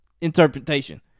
interpretation